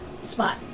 Spot